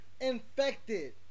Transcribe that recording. infected